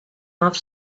off